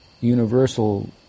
universal